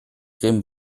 grimm